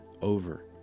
over